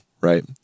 right